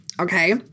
Okay